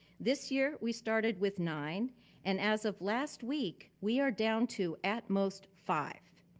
this year we started with nine and as of last week we are down to at most five.